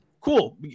cool